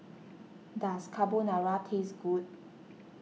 does Carbonara taste good